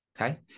Okay